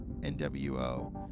nwo